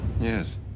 Yes